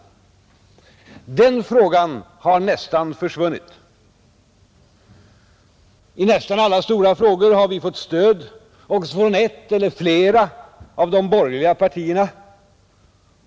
Den frågan har nästan försvunnit, I nära nog alla stora frågor har vi fått stöd också från ett eller flera av de borgerliga partierna.